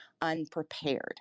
unprepared